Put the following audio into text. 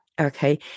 okay